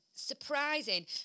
surprising